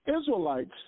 Israelites